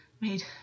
Made